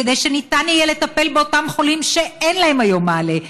כדי שניתן יהיה לטפל באותם חולים שאין להם היום מענה,